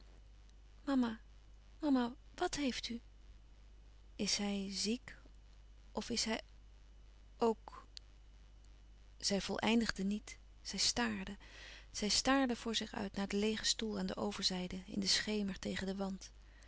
mama wàt heeft u is hij ziek of is hij ok zij voleindigde niet zij staarde zij staarde voor zich uit naar den leêgen stoel aan de overzijde in den schemer tegen den wand